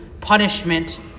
punishment